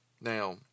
Now